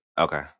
Okay